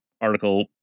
article